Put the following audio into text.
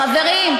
חברים,